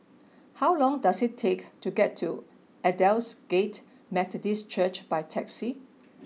how long does it take to get to Aldersgate Methodist Church by taxi